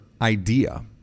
idea